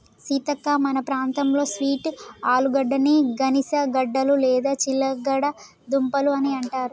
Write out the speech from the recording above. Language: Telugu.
సీతక్క మన ప్రాంతంలో స్వీట్ ఆలుగడ్డని గనిసగడ్డలు లేదా చిలగడ దుంపలు అని అంటారు